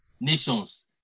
nations